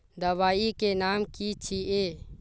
दबाई के नाम की छिए?